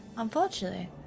Unfortunately